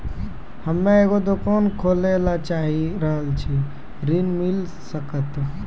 हम्मे एगो दुकान खोले ला चाही रहल छी ऋण मिल सकत?